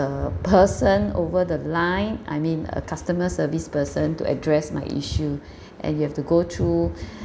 person over the line I mean a customer service person to address my issue and you have to go through